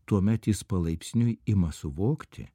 tuomet jis palaipsniui ima suvokti